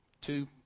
two